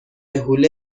حوله